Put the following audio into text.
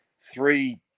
three